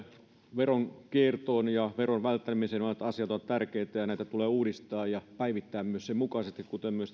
veronkiertoon ja veronvälttelemiseen olevat asiat ovat tärkeitä ja näitä tulee uudistaa ja päivittää sen mukaisesti kuten myös